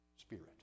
spirit